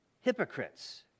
hypocrites